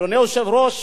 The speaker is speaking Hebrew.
אדוני היושב-ראש,